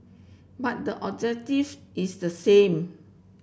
but the objective is the same